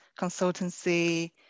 consultancy